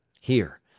Here